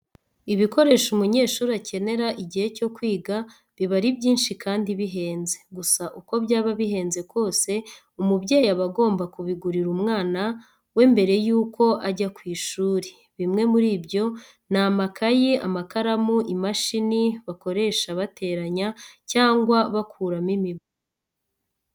Ibikoresho umunyeshuri akenera igihe cyo kwiga biba ari byinshi kandi bihenze. Gusa uko byaba bihenze kose, umubyeyi aba agomba kubigurira umwana we mbere y'uko ajya ku ishuri. Bimwe muri byo ni amakayi, amakaramu, imashini bakoresha bateranya cyangwa bakuramo imibare.